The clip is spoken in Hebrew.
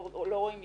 לא רואים משם.